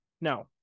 Now